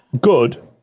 good